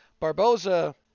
Barboza